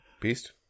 Beast